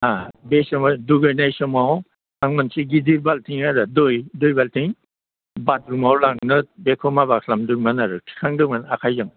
बे समाव दुगैनाय समाव आं मोनसे गिदिर बाल्थिं आरो दै बाल्थिं बाथरुमाव लांनो बेखौ माबा खालामदोमोन आरो थिखांदोंमोन आखाइजों